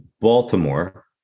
Baltimore